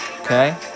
Okay